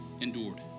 endured